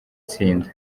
tsinda